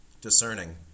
discerning